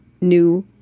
new